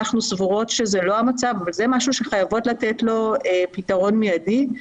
אנחנו סבורות שזה לא המצב אבל זה משהו שחייבים לתת לו פתרון מיידי.